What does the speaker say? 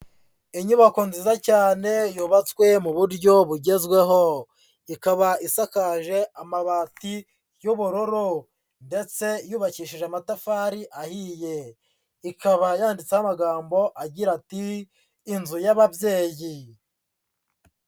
Inyubako nziza cyane yubatswe mu buryo bugezweho, ikaba isakaje amabati y'ubururu ndetse yubakishije amatafari ahiye, ikaba yanditseho amagambo agira ati inzu y'ababyeyi.